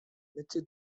mitte